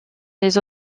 les